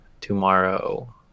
tomorrow